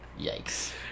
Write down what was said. yikes